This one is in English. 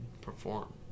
Perform